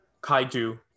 kaiju